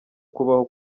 kubaho